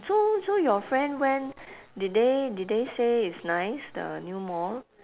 so so your friend went did they did they say it's nice the new mall